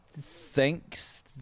thinks